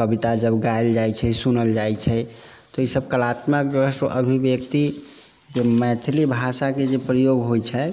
कविता जब गायल जाइ छै सुनल जाइ छै तो ई सब कलात्मक जो है सो अभिव्यक्ति जो मैथिली भाषाके जे प्रयोग होइ छै